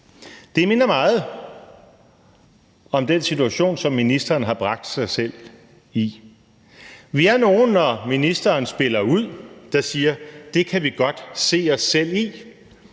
det minder meget om den situation, som ministeren har bragt sig selv i. Vi er nogle, der, når ministeren spiller ud, siger, at det kan vi godt se os selv i,